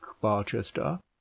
barchester